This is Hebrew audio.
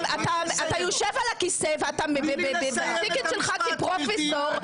אתה יושב על הכיסא ועם הטיקט שלך כפרופסור,